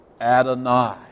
Adonai